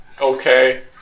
Okay